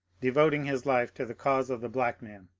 de voting his life to the cause of the black man.